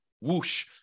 whoosh